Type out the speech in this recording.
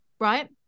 right